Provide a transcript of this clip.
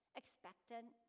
expectant